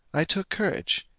i took courage,